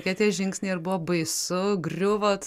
tai tie žingsniai ar buvo baisu griuvot